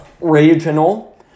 Regional